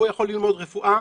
והוא יכול ללמוד רפואה,